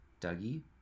Dougie